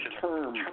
term